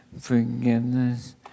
forgiveness